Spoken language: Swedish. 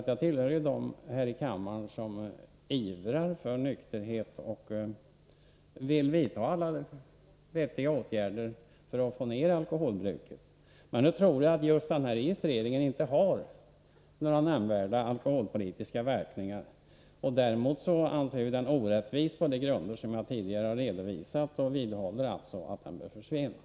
Jag tillhör ju dem här i kammaren som ivrar för nykterhet och vill att alla vettiga åtgärder skall vidtas för att få ned alkoholbruket. Men just den här registreringen tror jag inte har några nämnvärda alkoholpolitiska verkningar. Däremot anser jag den orättvis på de grunder som jag tidigare har redovisat. Därför vidhåller jag att den bör försvinna.